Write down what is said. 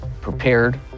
prepared